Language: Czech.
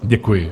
Děkuji.